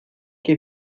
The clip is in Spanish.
que